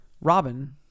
Robin